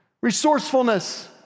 resourcefulness